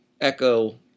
Echo